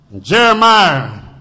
Jeremiah